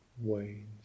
wanes